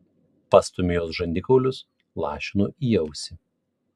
pastumiu jos žandikaulius lašinu į ausį